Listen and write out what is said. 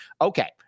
Okay